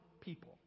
people